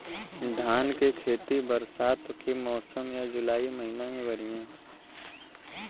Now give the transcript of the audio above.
धान के खेती बरसात के मौसम या जुलाई महीना में बढ़ियां होला?